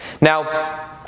Now